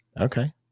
Okay